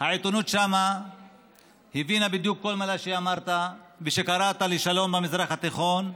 העיתונות שם הבינה בדיוק כל מילה שאמרת ושקראת לשלום במזרח התיכון,